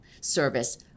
service